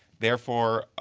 therefore,